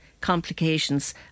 complications